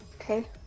Okay